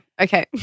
Okay